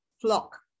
flock